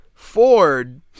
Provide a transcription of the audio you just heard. Ford